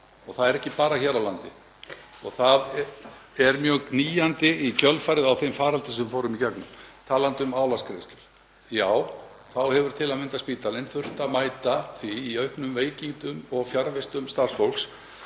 og það er ekki bara hér á landi. Það er mjög knýjandi í kjölfarið á þeim faraldri sem við fórum í gegnum. Talandi um álagsgreiðslur þá hefur til að mynda spítalinn þurft að mæta auknum veikindum og fjarvistum starfsfólks